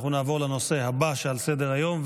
נעבור לנושא הבא שעל סדר-היום,